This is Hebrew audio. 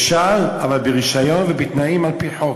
אפשר, אבל ברישיון ובתנאים על-פי חוק.